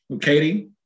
Katie